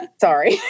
sorry